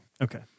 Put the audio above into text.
Okay